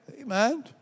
Amen